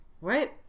Right